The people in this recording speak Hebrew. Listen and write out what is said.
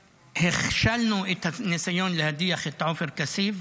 הכשלנו את הניסיון להדיח את עופר כסיף.